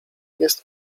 jest